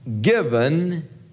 given